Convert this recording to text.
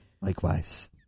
Likewise